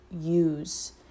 use